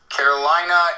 Carolina